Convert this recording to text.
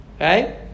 Right